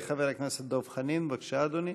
חבר הכנסת דב חנין, בבקשה, אדוני.